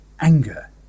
anger